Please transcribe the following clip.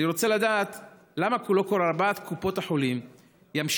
אני רוצה לדעת למה לא כל ארבע קופות החולים יאפשרו